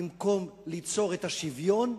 במקום ליצור שוויון,